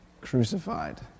crucified